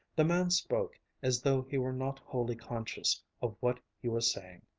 the man spoke as though he were not wholly conscious of what he was saying.